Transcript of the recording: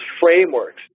frameworks